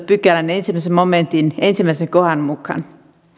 pykälän ensimmäisen momentin ensimmäisen kohdan mukaan